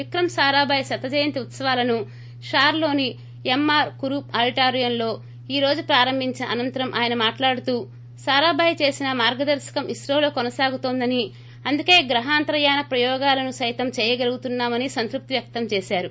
విక్రమ్ సారాభాయ్ శతజయంతి ఉత్సవాలను షార్లోని ఎంఆర్ కురూప్ ఆడిటోరియంలో ఈ రోజు ప్రారంబించిన అనంతరం ఆయన మాట్లాడుతూ సారాభాయ్ చేసిన మార్గదర్పకం ఇస్రోలో కొనసాగుతోందని అందుకే గ్రహాంతరయాన ప్రయోగాలను సైతం చేయగలుగుతున్నామని సంతృప్తి వ్యక్తం చేశారు